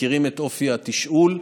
שמכירים את אופי התשאול,